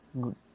good